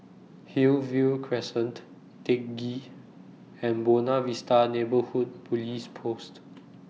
Hillview Crescent Teck Ghee and Buona Vista Neighbourhood Police Post